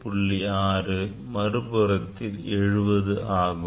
6 ஆகும் மறுபுறத்தில் 70 ஆகும்